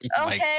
okay